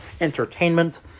Entertainment